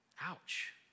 Ouch